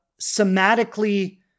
somatically